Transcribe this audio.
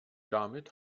damit